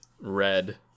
red